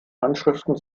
handschriften